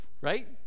right